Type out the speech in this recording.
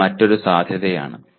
അത് മറ്റൊരു സാധ്യതയാണ്